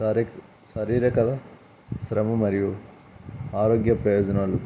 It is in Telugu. సారిక శరీరక శ్రమ మరియు ఆరోగ్య ప్రయోజనాలు